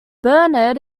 bernard